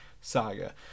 saga